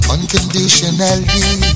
Unconditionally